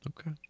Okay